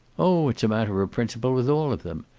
oh, it's a matter of principle with all of them.